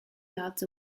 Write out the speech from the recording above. yards